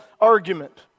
argument